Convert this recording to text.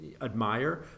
admire